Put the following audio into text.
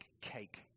cake